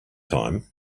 time